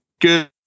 Good